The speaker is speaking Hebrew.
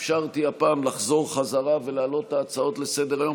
אפשרתי הפעם לחזור בחזרה ולהעלות את ההצעות לסדר-היום.